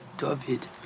David